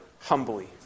humbly